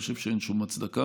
אני חושב שאין שום הצדקה.